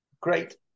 Great